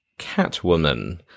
Catwoman